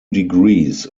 degrees